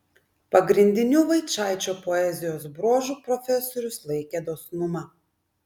pagrindiniu vaičaičio poezijos bruožu profesorius laikė dosnumą